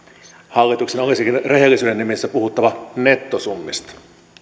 hallituksen olisikin rehellisyyden nimissä puhuttava nettosummista